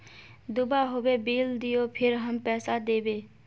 दूबा होबे बिल दियो फिर हम पैसा देबे?